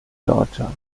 georgia